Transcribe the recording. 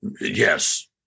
Yes